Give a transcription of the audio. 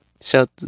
shout